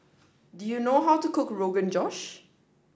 do you know how to cook Rogan Josh